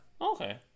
Okay